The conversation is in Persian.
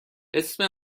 اسم